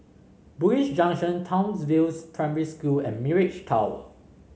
Bugis Junction Townsville Primary School and Mirage Tower